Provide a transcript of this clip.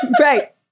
Right